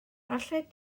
allet